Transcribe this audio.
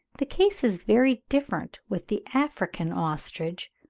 the case is very different with the african ostrich,